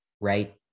right